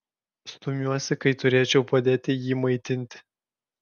stumiuosi kai turėčiau padėti jį maitinti